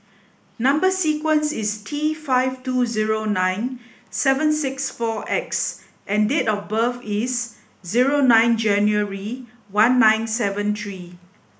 number sequence is T five two zero nine seven six four X and date of birth is zero nine January one nine seven three